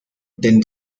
then